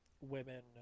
women